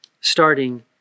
starting